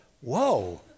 whoa